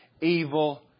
evil